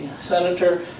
senator